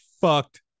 fucked